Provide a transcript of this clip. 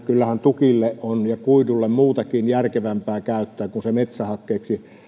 kyllähän tukille ja kuidulle on muutakin järkevämpää käyttöä kuin se metsähakkeeksi